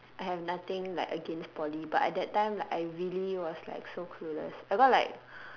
I have nothing like against poly but at that time like I really was like so clueless I got like